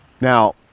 Now